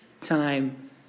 time